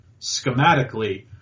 schematically